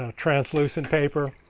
ah translucent paper.